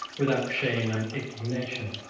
without shame and indignation.